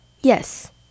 Yes